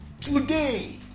today